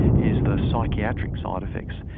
is the psychiatric side-effects.